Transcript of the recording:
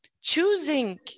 choosing